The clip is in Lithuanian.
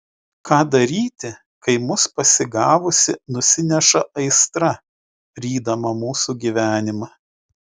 ką daryti kai mus pasigavusi nusineša aistra rydama mūsų gyvenimą